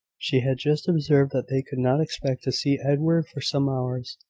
she had just observed that they could not expect to see edward for some hours,